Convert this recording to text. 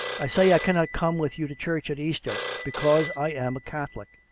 i say i cannot come with you to church at easter, because i am a catholic.